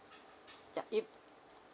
yup it